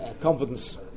confidence